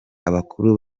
abakuru